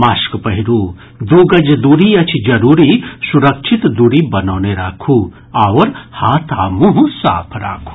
mask पहिरू दू गज दूरी अछि जरूरी सुरक्षित दूरी बनौने राखू आओर हाथ आ मुंह साफ राखू